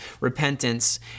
repentance